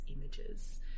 images